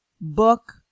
book